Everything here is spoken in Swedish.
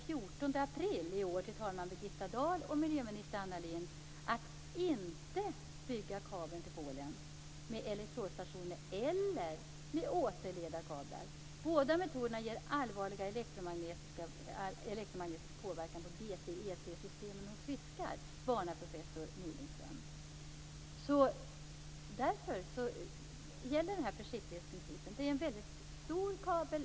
14 april i år till talman Birgitta Dahl och miljöminister Anna Lindh att inte bygga kabeln till Polen med elektrodstationer eller med återledarkablar. Båda metoderna ger allvarlig elektromagnetisk påverkan på Därför gäller försiktighetsprincipen. Det är fråga om en väldigt stor kabel.